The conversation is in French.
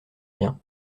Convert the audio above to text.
bien